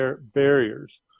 barriers